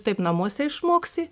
taip namuose išmoksi